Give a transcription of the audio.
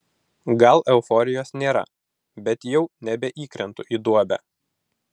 gal euforijos nėra bet jau nebeįkrentu į duobę